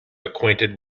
acquainted